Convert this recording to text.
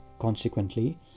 Consequently